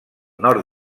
nord